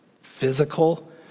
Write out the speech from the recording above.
physical